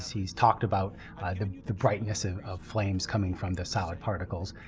he's talked about the brightness ah of flames coming from the solid particles.